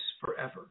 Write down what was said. forever